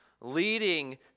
leading